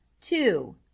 two